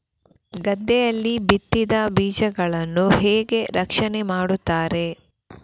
ಗದ್ದೆಯಲ್ಲಿ ಬಿತ್ತಿದ ಬೀಜಗಳನ್ನು ಹೇಗೆ ರಕ್ಷಣೆ ಮಾಡುತ್ತಾರೆ?